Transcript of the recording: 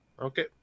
Okay